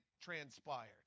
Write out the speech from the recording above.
transpired